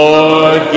Lord